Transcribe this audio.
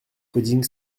coding